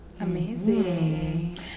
amazing